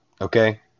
okay